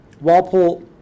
Walpole